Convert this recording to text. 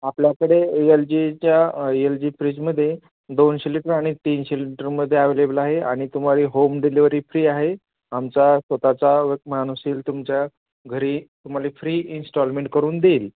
आपल्याकडे यल जीच्या L G फ्रीजमध्ये दोनशे लिटर आणि तीनशे लिटरमध्ये ॲवेलेबल आहे आणि तुम्हाला होम डिलिवरी फ्री आहे आमचा स्वतःचा व माणूस येईल तुमच्या घरी तुम्हाला फ्री इन्स्टॉलमेंट करून देईल